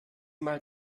mal